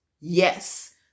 yes